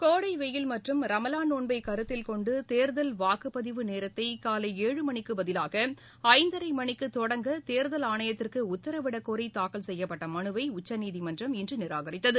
கோடை வெய்யில் மற்றும் ரமலான் நோன்பை கருத்தில் கொண்டு தேர்தல் வாக்குப்பதிவு நேரத்தை காலை ஏழு மணிக்கு பதிவாக ஐந்தரை மணிக்கு தொடங்க தேர்தல் ஆணையத்திற்கு உத்தரவிடக் கோரி தாக்கல் செய்யப்பட்ட மனுவை உச்சநீதிமன்றம் இன்று நிராகரித்தது